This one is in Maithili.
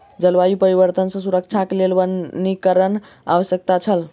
जलवायु परिवर्तन सॅ सुरक्षाक लेल वनीकरणक आवश्यकता अछि